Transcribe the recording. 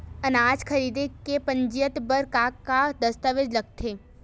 अनाज खरीदे के पंजीयन बर का का दस्तावेज लगथे?